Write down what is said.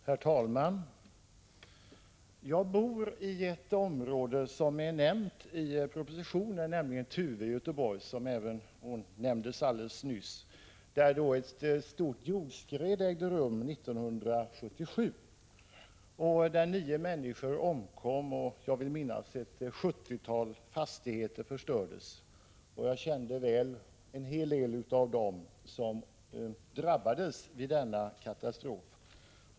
Herr talman! Jag bor i ett område som är nämnt i propositionen och som även omnämndes här alldeles nyss, nämligen Tuve i Göteborg, där ett stort jordskred ägde rum 1977, varvid nio människor omkom och, vill jag minnas, ett 70-tal fastigheter förstördes. Jag kände väl en hel del av dem som drabbades av denna katastrof.